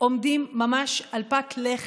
עומדים ממש על פת לחם.